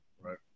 right